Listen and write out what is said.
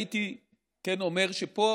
הייתי כן אומר שפה